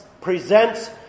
presents